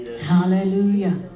Hallelujah